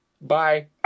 bye